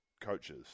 coaches